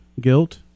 guilt